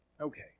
Okay